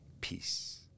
peace